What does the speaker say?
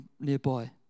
nearby